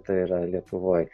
tai yra lietuvoj